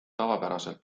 tavapäraselt